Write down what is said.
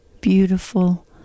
beautiful